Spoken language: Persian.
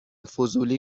فضولی